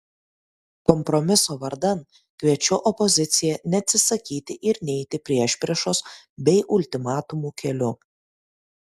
kompromiso vardan kviečiu opoziciją neatsisakyti ir neiti priešpriešos bei ultimatumų keliu